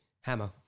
Hammer